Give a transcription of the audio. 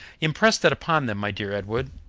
impress that upon them, my dear edward,